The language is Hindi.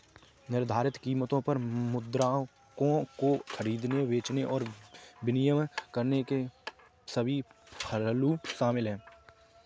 निर्धारित कीमतों पर मुद्राओं को खरीदने, बेचने और विनिमय करने के सभी पहलू शामिल हैं